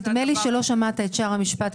נדמה לי שלא שמעת את שאר המשפט,